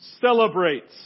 celebrates